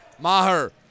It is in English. Maher